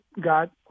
got